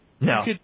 no